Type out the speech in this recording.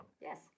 yes